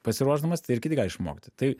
pasiruošdamas tai ir kiti gali išmokti tai